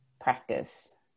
practice